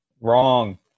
Wrong